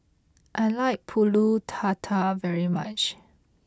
I like Pulut Tatal very much